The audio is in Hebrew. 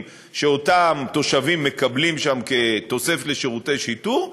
שאותם תושבים מקבלים שם כתוספת לשירותי שיטור,